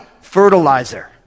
fertilizer